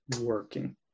working